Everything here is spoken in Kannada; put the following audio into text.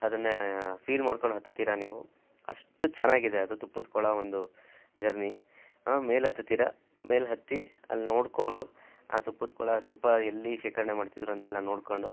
ಅದನ್ನು ಫೀಲ್ ಮಾಡ್ಕೊಂಡು ಹತ್ತುತ್ತೀರಿ ನೀವು ಅಷ್ಟು ಚೆನ್ನಾಗಿದೆ ಅದು ತುಪ್ಪದ ಕೊಳ ಒಂದು ಜರ್ನಿ ಮೇಲೆ ಹತ್ತುತ್ತೀರಿ ಮೇಲೆ ಹತ್ತಿ ಅಲ್ಲಿ ನೋಡ್ಕೊಂಡು ಆ ತುಪ್ಪದ ಕೊಳ ತುಪ್ಪ ಎಲ್ಲಿ ಶೇಖರ್ಣೆ ಮಾಡ್ತಿದ್ರು ಅಂತೆಲ್ಲ ನೋಡ್ಕೊಂಡು